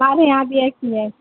ہمارے یہاں بھی ایسے ہی ہے